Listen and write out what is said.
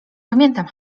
pamiętam